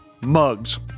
Mugs